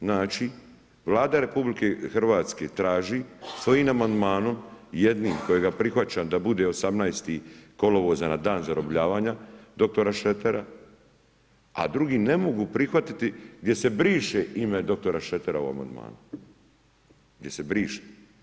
Znači Vlada RH traži, svojim amandmanom, jednim kojega prihvaćam da bude 18. kolovoza na dan zarobljavanja dr. Šretera a drugi ne mogu prihvatiti gdje se briše ime dr. Šretera u amandmanu, gdje se briše.